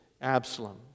Absalom